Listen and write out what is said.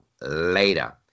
later